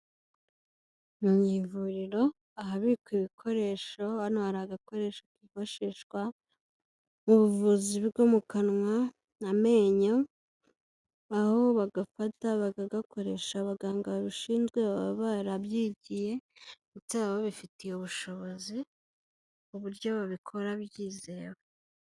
Mu ivuriro ahabikwa ibikoresho, hano hari agakoresho kifashishwa mu buvuzi bwo mu kanwa, amenyo, aho bagafata bakagakoresha abaganga babishinzwe baba barabyigiye ndetse baba babifitiye ubushobozi, ku buryo babikora byizewe.